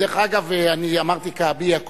דרך אגב, אמרתי כעביה.